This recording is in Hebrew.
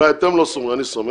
אולי אתם לא סומכים אבל אני סומך,